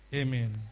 amen